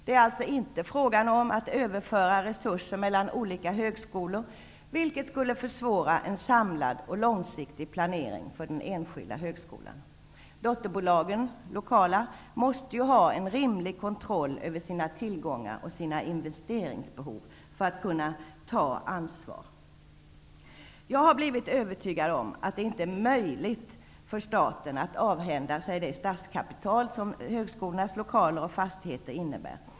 Det är alltså inte fråga om att överföra resurser mellan olika högskolor, vilket skulle försvåra en samlad och långsiktig planering för den enskilda högskolan. De lokala dotterbolagen måste ha en rimlig kontroll över sina tillgångar och investeringsbehov för att kunna ta ansvar. Jag har blivit övertygad om att det inte är möjligt för staten att avhända sig det startkapital som högskolornas lokaler och fastigheter innebär.